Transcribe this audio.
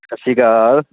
ਸਤਿ ਸ਼੍ਰੀ ਅਕਾਲ